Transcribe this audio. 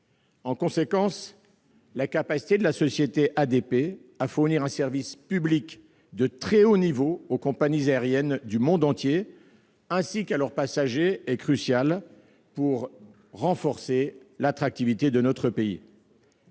En conséquence, la capacité d'Aéroports de Paris à fournir un service public de très haut niveau aux compagnies aériennes du monde entier ainsi qu'à leurs passagers est cruciale pour renforcer l'attractivité de notre pays.